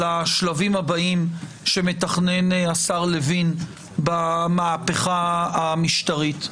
השלבים הבאים שמתכנן השר לוין במהפכה המשטרית,